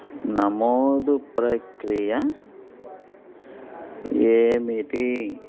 నమోదు ప్రక్రియ ఏమిటి